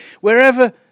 Wherever